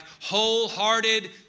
wholehearted